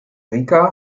rica